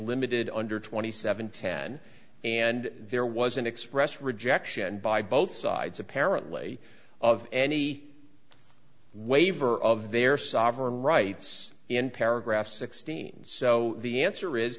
limited under twenty seven ten and there was an express rejection by both sides apparently of any waiver of their sovereign rights in paragraph sixteen so the answer is